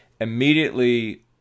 immediately